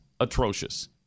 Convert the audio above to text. atrocious